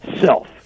self